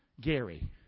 Gary